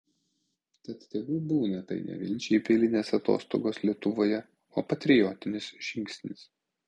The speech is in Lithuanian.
tad tegu būna tai ne vien šiaip eilinės atostogos lietuvoje o patriotinis žingsnis